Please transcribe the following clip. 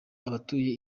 abatuye